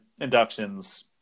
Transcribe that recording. inductions